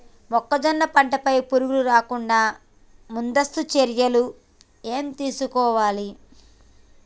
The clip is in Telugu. మొక్కజొన్న పంట పై పురుగు రాకుండా ముందస్తు చర్యలు ఏం తీసుకోవాలి?